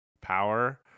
power